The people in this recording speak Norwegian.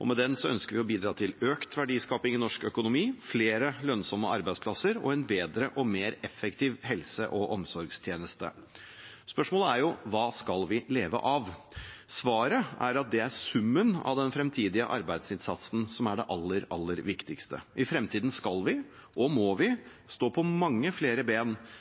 og med den ønsker vi å bidra til økt verdiskaping i norsk økonomi, flere lønnsomme arbeidsplasser og en bedre og mer effektiv helse- og omsorgstjeneste. Spørsmålet er jo: Hva skal vi leve av? Svaret er at det er summen av den fremtidige arbeidsinnsatsen som er det aller, aller viktigste. I fremtiden skal vi – og må vi – stå på mange flere ben